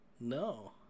No